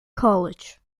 college